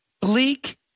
bleak